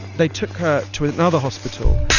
they took her to another hospital,